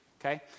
okay